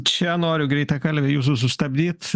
čia noriu greitakalbę jūsų sustabdyt